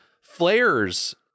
flares